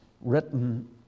written